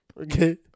Okay